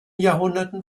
jahrhunderten